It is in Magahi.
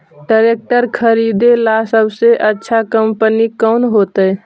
ट्रैक्टर खरीदेला सबसे अच्छा कंपनी कौन होतई?